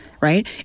right